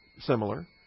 similar